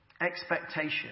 expectation